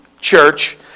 church